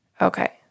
Okay